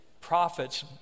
prophets